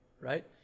right